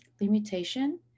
limitation